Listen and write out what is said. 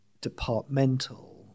departmental